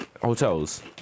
hotels